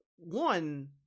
One